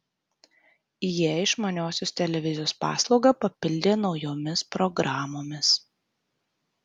jie išmaniosios televizijos paslaugą papildė naujomis programomis